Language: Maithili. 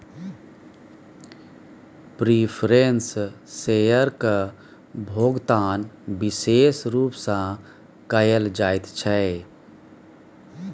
प्रिफरेंस शेयरक भोकतान बिशेष रुप सँ कयल जाइत छै